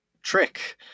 trick